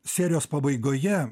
serijos pabaigoje